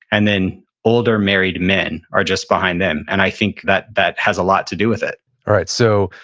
and then older married men are just behind them. and i think that that has a lot to do with it right. so,